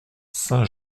saint